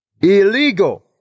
Illegal